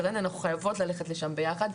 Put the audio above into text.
שרן אנחנו חייבות ללכת לשם ביחד,